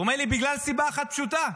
הוא אומר לי: בגלל סיבה אחת פשוטה: